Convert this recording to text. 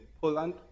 Poland